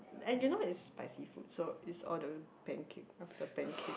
and you know is spicy food so is all the pancake after pancake